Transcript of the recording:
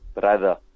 brother